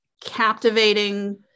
captivating